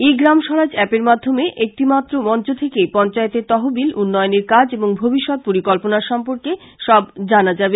ই গ্রামস্বরাজ অ্যাপের মাধ্যমে একটি মাত্র মঞ্চ থেকেই পঞ্চায়েতের তহবিল উন্নয়নের কাজ এবং ভবিবষ্যত পরিকল্পনার সম্পর্কে সব জানা যাবে